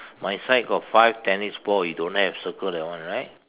my side got five tennis ball you don't have circle that one right